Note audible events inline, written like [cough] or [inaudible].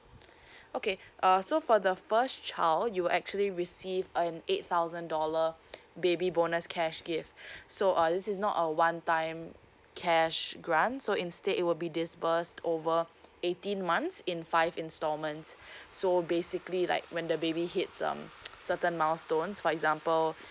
[breath] okay uh so for the first child you'll actually receive an eight thousand dollar baby bonus cash gift [breath] so uh this is not a one time cash grant so instead it will be dispersed over eighteen months in five installments [breath] so basically like when the baby hits um certain milestones for example